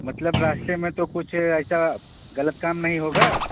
مطلب راستے میں تو کچھ ایسا غلط کام نہیں ہوگا